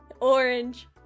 orange